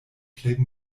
plej